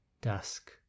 dusk